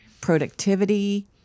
productivity